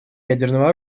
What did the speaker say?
ядерного